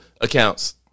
accounts